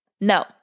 no